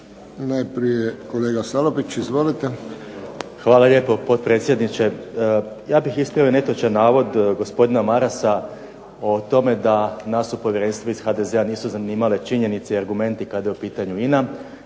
Hvala lijepo, potpredsjedniče. Ja bih ispravio netočan navod gospodina Marasa o tome da nas u povjerenstvu iz HDZ-a nisu zanimale činjenice i argumenti kada je u pitanju INA.